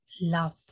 love